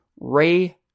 Ray